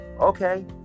okay